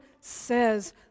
says